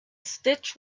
stitch